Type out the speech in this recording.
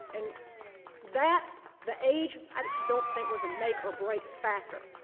and that, the age, i don't think was a make-or-break factor.